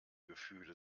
gefühle